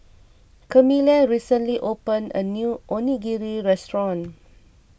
Camila recently opened a new Onigiri restaurant